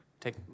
take